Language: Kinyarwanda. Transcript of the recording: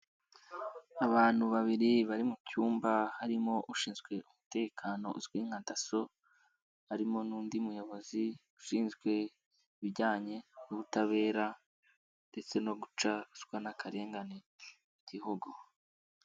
Abantu babiri bari mu cyumba, harimo ushinzwe umutekano uzwi nka DASSO, harimo n'undi muyobozi ushinzwe ibijyanye n'ubutabera ndetse no guca ruswa n'akarengane mu igihugu.